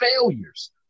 failures